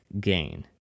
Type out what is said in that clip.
gain